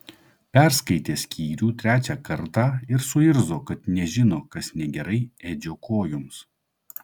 perskaitė skyrių trečią kartą ir suirzo kad nežino kas negerai edžio kojoms